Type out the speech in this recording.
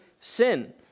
sin